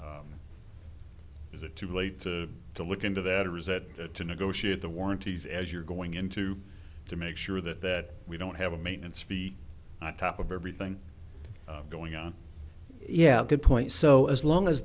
is it too late to look into that or is that to negotiate the warranties as you're going into to make sure that we don't have a maintenance fee on top of everything going on yeah good point so as long as